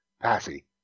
Passy